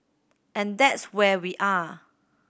and that's where we are